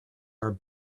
are